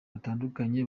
batandukanye